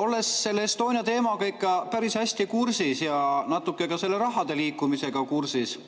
Olles selle Estonia teemaga ikka päris hästi kursis ja natuke ka selle rahade liikumisega kursis,